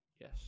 yes